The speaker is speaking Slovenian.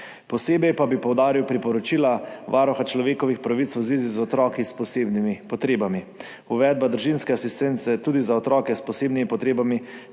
Posebej pa bi poudaril priporočila Varuha človekovih pravic v zvezi z otroki s posebnimi potrebami – uvedba družinske asistence tudi za otroke s posebnimi potrebami,